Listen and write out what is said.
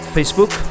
Facebook